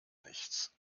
nichts